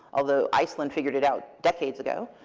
although iceland figured it out decades ago,